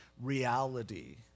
reality